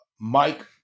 Mike